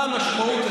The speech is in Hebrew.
מה המשמעות,